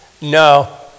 No